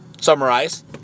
summarize